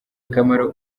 akamaro